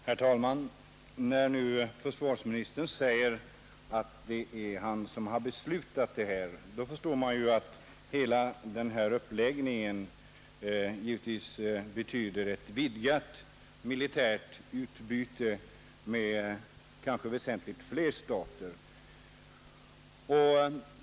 Herr talman! När försvarsministern säger att det är han som har beslutat detta, förstår man att hela denna uppläggning givetvis betyder ett vidgat militärt utbyte med kanske väsentligt flera stater.